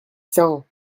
cents